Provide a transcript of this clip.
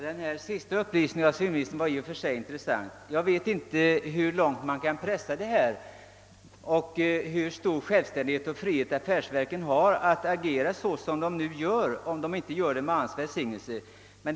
Herr talman! Civilministerns senaste uppgift var i och för sig intressant. Jag vet inte hur långt man kan gå på den här vägen och inte heller hur stor frihet och självständighet affärsverken har att agera som de gör, om det inte sker med arbetsmarknadsstyrelsens välsignelse.